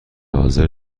حاضر